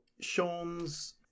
sean's